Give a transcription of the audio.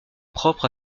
propre